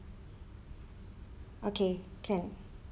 okay can